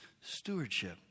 stewardship